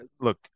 look